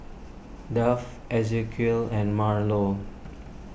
Duff Ezequiel and Marlo